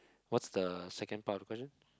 what's the second part of the question